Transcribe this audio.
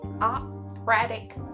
operatic